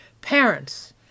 parents